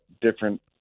different